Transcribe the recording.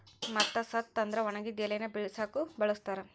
ಮತ್ತ ಸತ್ತ ಅಂದ್ರ ಒಣಗಿದ ಎಲಿನ ಬಿಳಸಾಕು ಬಳಸ್ತಾರ